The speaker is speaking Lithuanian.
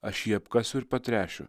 aš jį apkasiu ir patręšiu